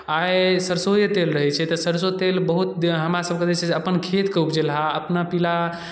आइ सरसोए तेल रहै छै तऽ सरसो तेल बहुत हमरासभके जे छै अपन खेतके उपजलहा अपना पीला